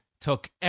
Took